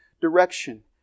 direction